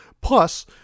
Plus